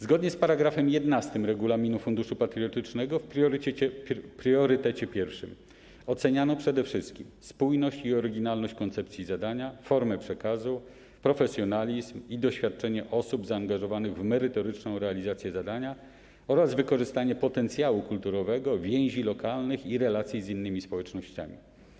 Zgodnie z § 11 regulaminu Funduszu Patriotycznego w priorytecie pierwszym oceniano przede wszystkim spójność i oryginalność koncepcji zadania, formę przekazu, profesjonalizm i doświadczenie osób zaangażowanych w merytoryczną realizację zadania oraz wykorzystanie potencjału kulturowego, więzi lokalnych i relacji z innymi społecznościami.